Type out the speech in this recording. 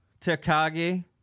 Takagi